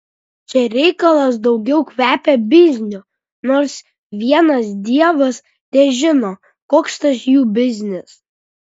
čia reikalas daugiau kvepia bizniu nors vienas dievas težino koks tas jų biznis